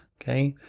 okay.